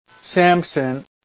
Samson